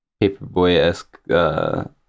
Paperboy-esque